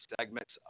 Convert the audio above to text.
segments